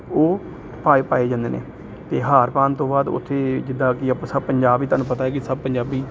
ਉਹ ਪਾਏ ਪਾਏ ਜਾਂਦੇ ਨੇ ਅਤੇ ਹਾਰ ਪਾਉਣ ਤੋਂ ਬਾਅਦ ਉੱਥੇ ਜਿੱਦਾਂ ਕਿ ਆਪਾਂ ਸਭ ਪੰਜਾਬ ਹੀ ਤੁਹਾਨੂੰ ਪਤਾ ਕਿ ਸਭ ਪੰਜਾਬੀ